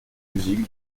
musique